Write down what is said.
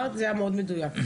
זה היה מאוד מדויק.